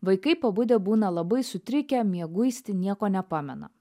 vaikai pabudę būna labai sutrikę mieguisti nieko nepamena